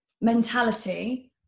mentality